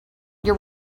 your